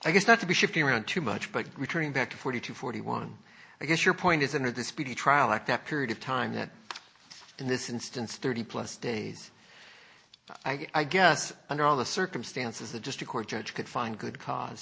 i guess not to be shifting around too much but returning back to forty to forty one i guess your point isn't the speedy trial at that period of time that in this instance thirty plus days i guess under all the circumstances the district court judge could find good cause